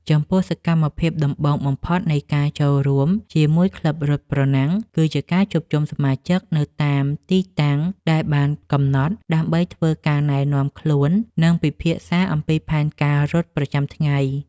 ចំពោះសកម្មភាពដំបូងបំផុតនៃការចូលរួមជាមួយក្លឹបរត់ប្រណាំង គឺការជួបជុំសមាជិកនៅតាមទីតាំងដែលបានកំណត់ ដើម្បីធ្វើការណែនាំខ្លួន និងពិភាក្សាអំពីផែនការរត់ប្រចាំថ្ងៃ។